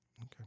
Okay